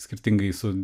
skirtingai su